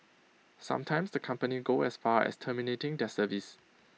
sometimes the company go as far as terminating their service